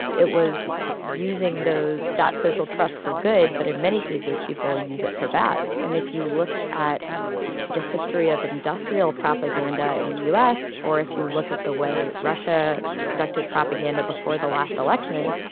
it was using those that social trust for good. but in many cases, people use it for bad. and if you look at the history of industrial propaganda in the u s. or if you look at the way russia conducted propaganda before the last election,